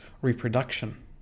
reproduction